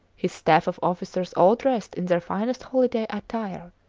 his staff of officers all dressed in their finest holiday attire.